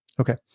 Okay